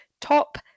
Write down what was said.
top